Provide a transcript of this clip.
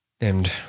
named